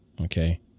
okay